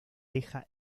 deja